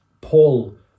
Paul